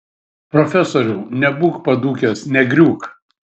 profesoriau nebūk padūkęs negriūk